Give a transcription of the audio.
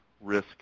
risk